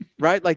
write, like,